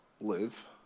live